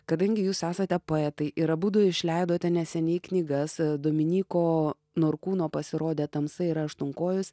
kadangi jūs esate poetai ir abudu išleidote neseniai knygas dominyko norkūno pasirodė tamsa yra aštuonkojis